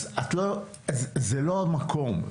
אז זה לא המקום,